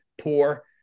poor